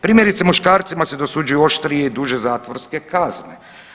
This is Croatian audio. Primjerice muškarcima se dosuđuju oštrije i duže zatvorske kazne.